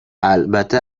البته